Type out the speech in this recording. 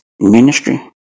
Ministry